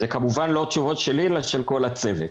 אלה כמובן לא תשובות שלי אלא של כל הצוות.